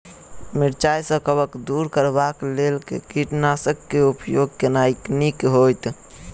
मिरचाई सँ कवक दूर करबाक लेल केँ कीटनासक केँ उपयोग केनाइ नीक होइत?